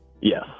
Yes